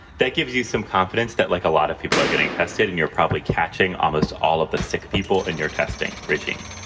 that gives you some confidence that, like a lot of people are getting tested and you're probably catching almost all of the sick people in your testing regime.